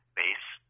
base